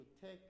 take